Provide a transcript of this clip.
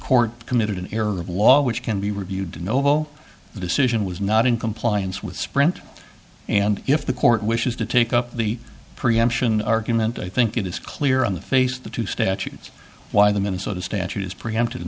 court committed an error of law which can be reviewed ennoble the decision was not in compliance with sprint and if the court wishes to take up the preemption argument i think it is clear on the face of the two statutes why the minnesota statute is preempted in